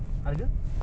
harga